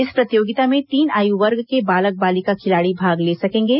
इस प्रतियोगिता में तीन आयु वर्ग के बालक बालिका खिलाड़ी भाग ले सकेंगे